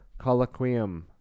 Colloquium